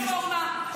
עשינו רפורמה.